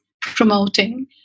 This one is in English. promoting